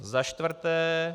Za čtvrté.